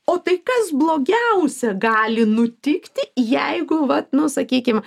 o tai kas blogiausia gali nutikti jeigu vat nu sakykim